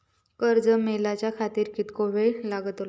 कर्ज मेलाच्या खातिर कीतको वेळ लागतलो?